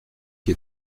qui